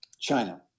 China